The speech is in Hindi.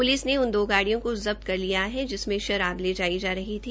प्लिस ने उन दो गाडियों को जब्त कर लिया है जिनमें शराब ले जा रही थी